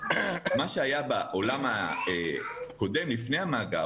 מה שהיה בעולם הקודם לפני המאגר,